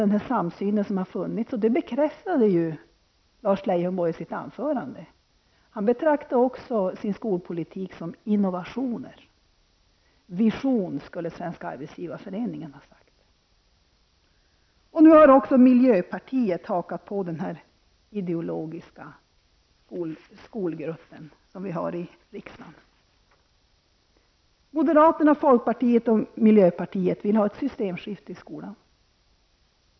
Det har ju funnits en samsyn här, och det bekräftade Lars Leijonborg också i sitt anförande. Han betraktade den skolpolitik som han talar för som en innovation. Svenska arbetsgivareföreningen skulle ha använt sig av ordet vision. Nu har också miljöpartiet hakat på. Man ansluter sig alltså till den ideologiska skolgrupp som finns här i riksdagen. Moderaterna, folkpartiet och miljöpartiet vill ha ett systemskifte i fråga om skolan.